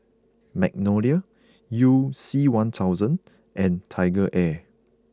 Magnolia you C one thousand and TigerAir